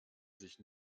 sich